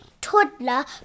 toddler